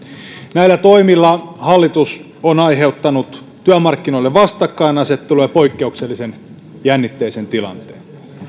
näillä toimilla hallitus on aiheuttanut työmarkkinoille vastakkainasettelua ja poikkeuksellisen jännitteisen tilanteen